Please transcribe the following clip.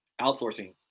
outsourcing